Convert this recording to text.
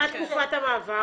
מה תקופת המעבר?